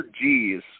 G's